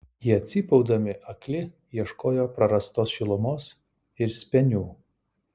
jie cypaudami akli ieškojo prarastos šilumos ir spenių